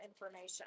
information